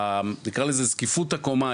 נקרא לזה זקיפות הקומה.